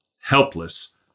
helpless